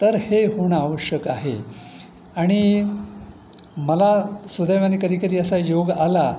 तर हे होणं आवश्यक आहे आणि मला सुदैवाने कधी कधी असा योग आला